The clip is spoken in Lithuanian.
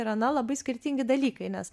yra na labai skirtingi dalykai nes